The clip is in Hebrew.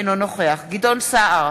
אינו נוכח גדעון סער,